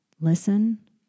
Listen